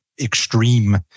extreme